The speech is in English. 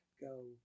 go